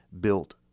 built